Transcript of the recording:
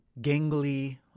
gangly